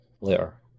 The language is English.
Later